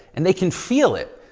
and they can feel it.